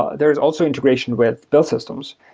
ah there's also integration with those systems.